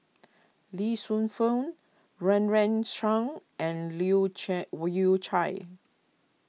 Lee Shu Fen Run Run Shaw and Leu Yew Chye